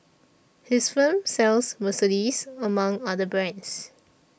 his firm sells Mercedes among other brands